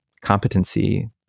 competency